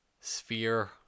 Sphere